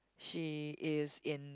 she is in